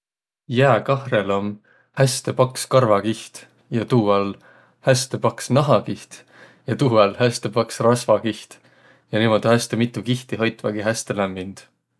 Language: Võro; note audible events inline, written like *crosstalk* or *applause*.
Jääkahrõl om häste paks karvakiht ja tuu all häste paks nahakiht ja tuu *laughs* all häste paks rasvakiht. Ja niimuudu häste mitu kihti hoitvagi häste lämmind.